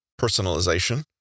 personalization